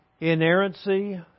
Inerrancy